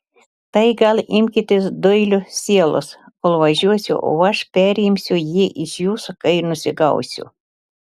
tai gal imkitės doilio sielos kol važiuosiu o aš perimsiu jį iš jūsų kai nusigausiu